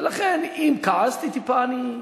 ולכן, אם כעסתי טיפה, אני,